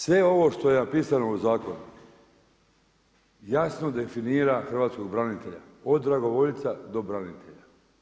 Sve ovo što je napisano u zakonu jasno definira hrvatskog branitelja, od dragovoljca do branitelja.